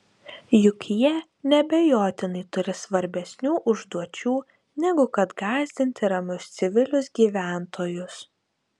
juk jie neabejotinai turi svarbesnių užduočių negu kad gąsdinti ramius civilius gyventojus